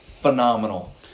Phenomenal